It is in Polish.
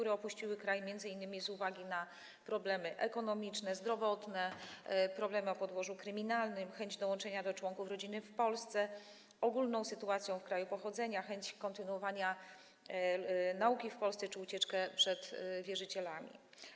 One opuściły kraj z uwagi na m.in.: problemy ekonomiczne, zdrowotne, problemy o podłożu kryminalnym, chęć dołączenia do członków rodziny w Polsce, ogólną sytuację w kraju pochodzenia, chęć kontynuowania nauki w Polsce czy ucieczki przed wierzycielami.